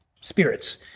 Spirits